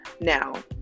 Now